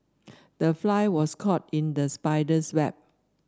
the fly was caught in the spider's web